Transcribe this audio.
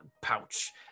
pouch